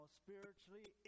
spiritually